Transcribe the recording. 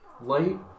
light